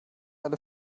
alle